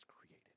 created